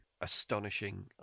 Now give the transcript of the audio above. astonishing